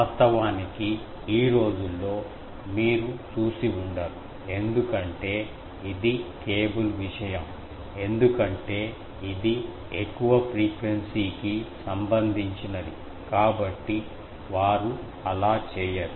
వాస్తవానికి ఈ రోజుల్లో మీరు చూసి ఉండరు ఎందుకంటే ఇది కేబుల్ విషయం ఎందుకంటే ఇది ఎక్కువ ఫ్రీక్వెన్సీ కి సంబంధించినది కాబట్టి వారు అలా చేయరు